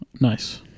Nice